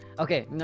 okay